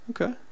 Okay